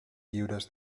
lliures